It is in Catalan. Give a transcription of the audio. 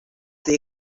dir